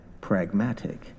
pragmatic